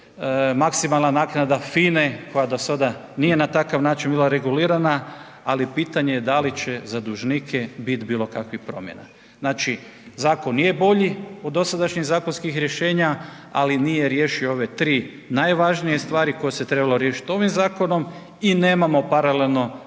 maksimalna naknada FINE koja do sada nije do sada nije na takav način bila regulirana, ali pitanje je da li će za dužnike biti bilo kakvih promjena. Znači zakon je bolji od dosadašnjih zakonskih rješenja, ali nije riješio ove 3 najvažnije stvari koje se trebalo riješiti ovim zakonom i nemamo paralelno